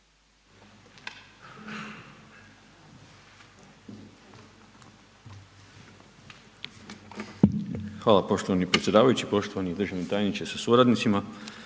Hvala poštovani predsjedavajući, poštovani državni tajniče sa suradnicima,